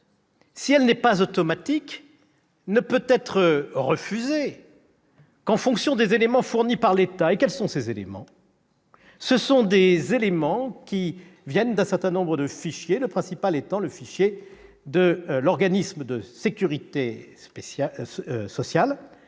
si elle n'est pas automatique, ne peut être refusée qu'en fonction des éléments fournis par l'État. Ces éléments proviennent d'un certain nombre de fichiers, le principal étant celui de l'organisme de sécurité sociale